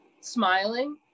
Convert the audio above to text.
smiling